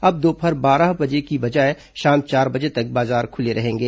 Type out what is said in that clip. अब दोपहर बारह बजे की बजाय शाम चार बजे तक बाजार खुले रहेंगे